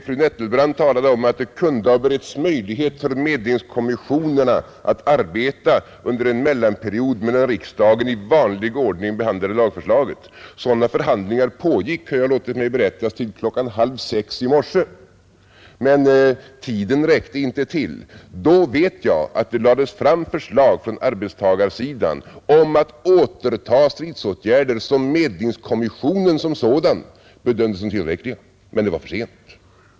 Fru Nettelbrandt talade om att det kunde ha beretts möjlighet för medlingskommissionerna att arbeta under en mellanperiod, medan riksdagen i vanlig ordning behandlade lagförslaget. Sådana förhandlingar pågick, har jag låtit mig berättas, till klockan halv sex i morse, men tiden räckte inte till. Då vet jag att det lades fram förslag från arbetstagarsidan om att återta stridsåtgärder som medlingskommissionen som sådan bedömt som tillräckliga. Men det var för sent.